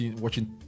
Watching